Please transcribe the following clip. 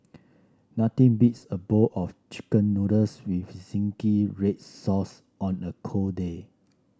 nothing beats a bowl of chicken noodles with zingy red sauce on a cold day